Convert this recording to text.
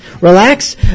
relax